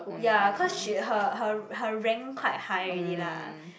ya cause she her her her rank quite high already lah